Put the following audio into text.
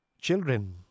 children